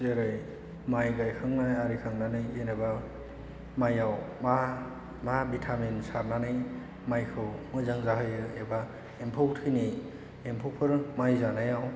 जेरै माइ गायखांनाय आरिखांनानै जेनेबा माइआव मा भिटामिन सारनानै माइखौ मोजां जाहोयो एबा एम्फौ थैनाय एम्फौफोर माइ जानायाव